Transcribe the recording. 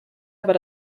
aber